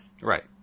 Right